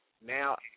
now